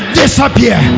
disappear